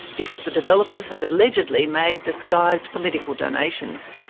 because the developers had allegedly made disguised political donations.